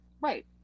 Right